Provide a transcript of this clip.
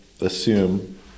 assume